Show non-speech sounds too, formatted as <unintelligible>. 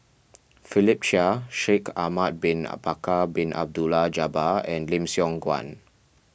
<noise> Philip Chia Shaikh Ahmad Bin <unintelligible> Bin Abdullah Jabbar and Lim Siong Guan